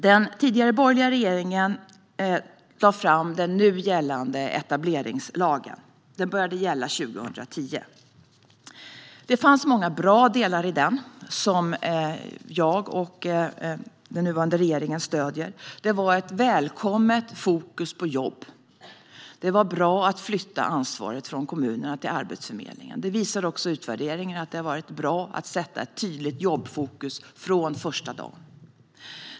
Den tidigare borgerliga regeringen lade fram den nu gällande etableringslagen. Den började gälla 2010. I den fanns många delar som jag och nuvarande regering stöder. Den innebar ett välkommet fokus på jobb. Det var bra att flytta ansvaret från kommunerna till Arbetsförmedlingen. Utvärderingar visar att det var bra att ha ett tydligt jobbfokus från första dagen.